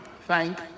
thank